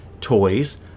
toys